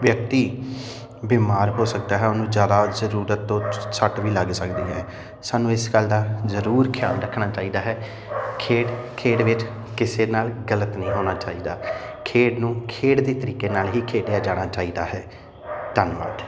ਵਿਅਕਤੀ ਬਿਮਾਰ ਹੋ ਸਕਦਾ ਹੈ ਉਹਨੂੰ ਜ਼ਿਆਦਾ ਜ਼ਰੂਰਤ ਤੋਂ ਸੱਟ ਵੀ ਲੱਗ ਸਕਦੀ ਹੈ ਸਾਨੂੰ ਇਸ ਗੱਲ ਦਾ ਜ਼ਰੂਰ ਖਿਆਲ ਰੱਖਣਾ ਚਾਹੀਦਾ ਹੈ ਖੇਡ ਖੇਡ ਵਿੱਚ ਕਿਸੇ ਨਾਲ ਗਲਤ ਨਹੀਂ ਹੋਣਾ ਚਾਹੀਦਾ ਖੇਡ ਨੂੰ ਖੇਡ ਦੇ ਤਰੀਕੇ ਨਾਲ ਹੀ ਖੇਡਿਆ ਜਾਣਾ ਚਾਹੀਦਾ ਹੈ ਧੰਨਵਾਦ